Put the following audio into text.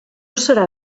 serà